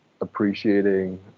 appreciating